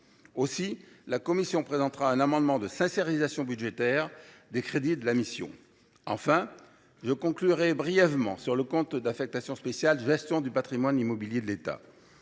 pourquoi la commission présentera un amendement de sincérisation budgétaire des crédits de la mission. Enfin, je conclurai brièvement sur le compte d’affectation spéciale (CAS) « Gestion du patrimoine immobilier de l’État